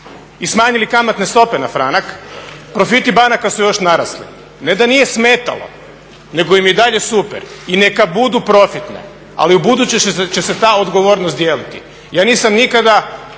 i smanjili kamatne stope na franak profiti banaka su još narasli. Ne da nije smetalo, nego im je i dalje super i neka budu profitne. Ali u buduće će se ta odgovornost dijeliti. Ja nisam nikada